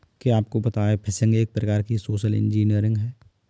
क्या आपको पता है फ़िशिंग एक प्रकार की सोशल इंजीनियरिंग है?